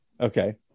Okay